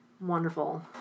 wonderful